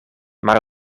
maar